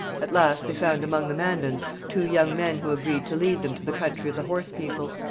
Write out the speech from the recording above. at last they found among the mandans two young men who agreed to lead them to the country of the horse people.